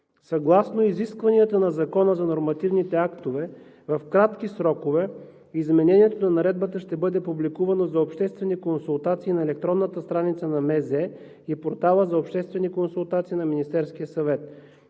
Съгласно изискванията на Закона за нормативните актове в кратки срокове изменението на Наредбата ще бъде публикувано за обществени консултации на електронната страница на Министерството на здравеопазването и портала за обществени консултации на Министерския съвет.